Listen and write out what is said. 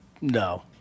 No